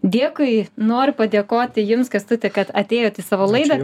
dėkui noriu padėkoti jums kęstuti kad atėjot į savo laidą